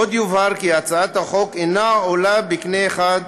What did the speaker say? עוד יובהר כי הצעת החוק אינה עולה בקנה אחד